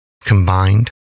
combined